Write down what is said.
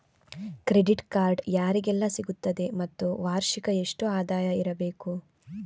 Credit card ಯಾರಿಗೆಲ್ಲ ಸಿಗುತ್ತದೆ ಮತ್ತು ವಾರ್ಷಿಕ ಎಷ್ಟು ಆದಾಯ ಇರಬೇಕು?